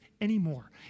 anymore